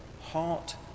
heart